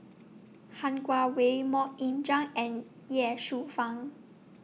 Han Guangwei Mok Ying Jang and Ye Shufang